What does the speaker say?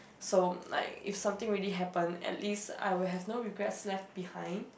so like if something really happen at least I will have no regrets left behind